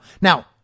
Now